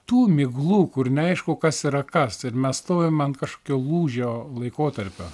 tų miglų kur neaišku kas yra kas ir mes stovim ant kažkokio lūžio laikotarpio